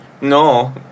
no